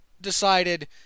decided